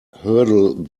hurdle